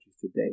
today